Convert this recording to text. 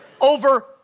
Over